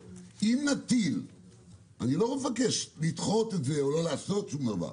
אני לא מבקש לדחות את זה או לא לעשות שום דבר.